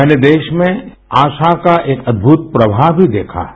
मैंने देश में आशा का एक अद्भुत प्रवाह भी देखा है